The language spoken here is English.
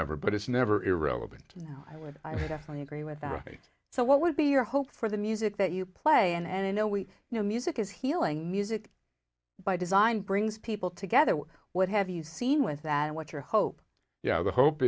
ever but it's never irrelevant i would definitely agree with that so what would be your hope for the music that you play and i know we know music is healing music by design brings people together what have you seen with that and what your hope yeah the hope